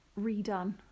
redone